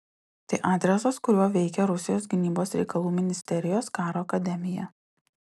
tai adresas kuriuo veikia rusijos gynybos reikalų ministerijos karo akademija